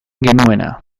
genuena